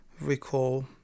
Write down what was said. recall